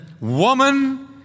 woman